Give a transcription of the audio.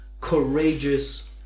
courageous